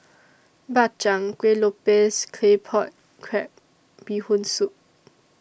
Bak Chang Kueh Lopes Claypot Crab Bee Hoon Soup